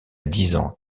disant